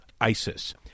ISIS